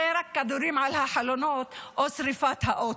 זה רק כדורים על החלונות או שרפת האוטו.